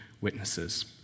witnesses